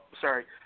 Sorry